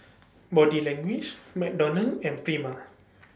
Body Language McDonald's and Prima